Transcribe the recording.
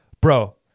bro